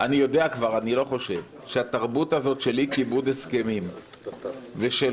אני לא חושב שהתרבות של אי-כיבוד הסכמים ושל